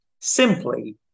simply